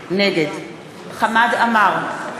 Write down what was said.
נגד חמד עמאר,